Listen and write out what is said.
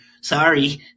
Sorry